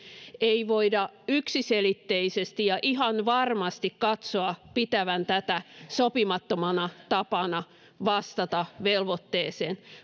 ei voida yksiselitteisesti ja ihan varmasti katsoa pitävän tätä sopimattomana tapana vastata velvoitteeseen